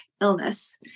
illness